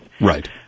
Right